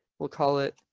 we'll call it